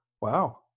Wow